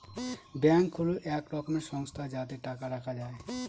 bank হল এক রকমের সংস্থা যাতে টাকা রাখা যায়